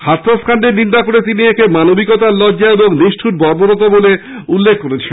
হাথরস কান্ডের নিন্দা করে তিনি একে মানবিকতার লজ্জা ও নিষ্ঠর বর্বরতা বলে উল্লেখ করেন